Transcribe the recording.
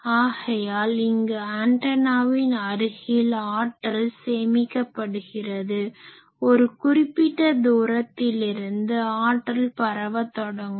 ஆகையால் இங்கு ஆன்டனாவின் அருகில் ஆற்றல் சேமிக்கப்படுகிறது ஒரு குறிப்பிட்ட தூரத்திலிருந்து ஆற்றல் பரவ தொடங்கும்